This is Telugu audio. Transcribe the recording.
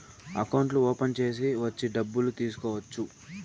అకౌంట్లు ఓపెన్ చేసి వచ్చి డబ్బులు తీసుకోవచ్చు